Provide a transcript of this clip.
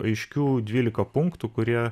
aiškių dvylika punktų kurie